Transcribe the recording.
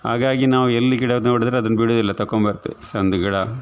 ಹಾಗಾಗಿ ನಾವು ಎಲ್ಲಿ ಗಿಡ ನೋಡಿದರೂ ಅದನ್ನು ಬಿಡೋದಿಲ್ಲ ತಕೊಂಬರ್ತೇವೆ ಸಣ್ಣದು ಗಿಡ